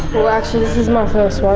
well, actually this is my first one